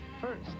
First